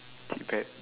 cheephant